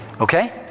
Okay